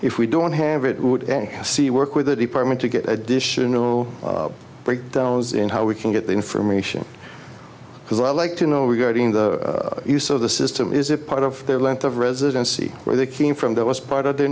if we don't have it would see work with the department to get additional breakdown was in how we can get the information because i'd like to know regarding the use of the system is it part of their length of residency where they came from that was part of their